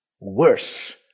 worse